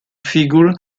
figure